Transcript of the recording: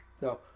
No